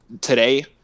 today